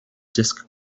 disc